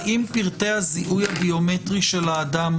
האם פרטי הזיהוי הביומטרי של האדם,